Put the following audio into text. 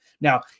Now